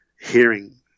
hearing